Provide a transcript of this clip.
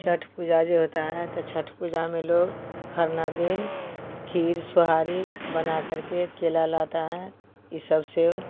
छठ पूजा जो होती है तो छठ पूजा में लोग खरना दिन खीर सोहारी बना करके केला लाता है इस सबसे